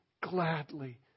gladly